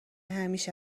همیشه